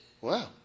wow